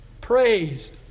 praise